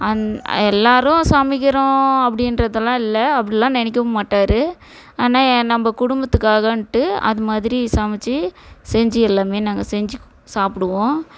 எல்லோரும் சமைக்கிறோம் அப்படின்றதெல்லாம் இல்லை அப்படிலாம் நினைக்கவும் மாட்டார் ஆனால் நம்ப குடும்பத்துக்காகன்ட்டு அது மாதிரி சமைச்சு செஞ்சு எல்லாமே நாங்கள் செஞ்சு சாப்பிடுவோம்